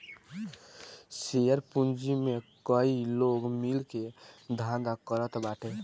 share पूंजी में कई लोग मिल के धंधा करत बाटे